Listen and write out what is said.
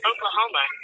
Oklahoma